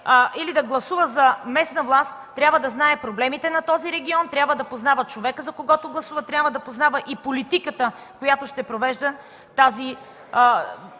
или да гласува за местна власт, трябва да знае проблемите на този регион, да познава човека, за когото гласува, трябва да познава и политиката, която ще провежда